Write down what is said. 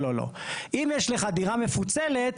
אם יש לי דירה מפוצלת,